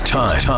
time